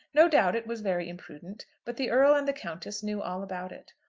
no doubt it was very imprudent, but the earl and the countess knew all about it.